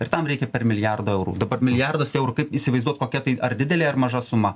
ir tam reikia per milijardą eurų dabar milijardas eurų kaip įsivaizduoti kokia tai ar didelė ar maža suma